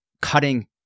cutting